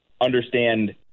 understand